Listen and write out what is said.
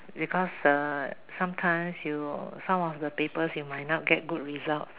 because err sometimes you some of the papers you might not get good result